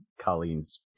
Colleen's